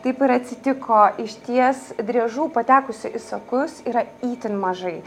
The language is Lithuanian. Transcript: taip ir atsitiko išties driežų patekusių į sakus yra itin mažai